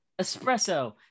Espresso